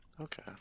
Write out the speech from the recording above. Okay